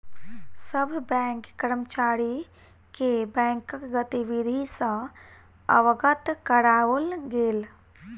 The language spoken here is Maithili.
सभ बैंक कर्मचारी के बैंकक गतिविधि सॅ अवगत कराओल गेल